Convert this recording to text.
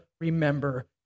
remember